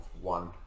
one